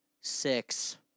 Six